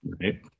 right